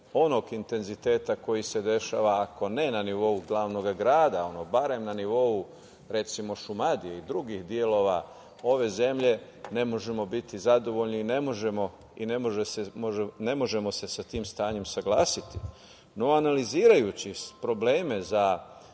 onog intenziteta koji se dešava, ako ne na nivou glavnog grada, ono barem na nivou, recimo Šumadije i drugih delova ove zemlje, ne možemo biti zadovoljni i ne možemo se sa tim stanjem saglasiti. Analizirajući probleme za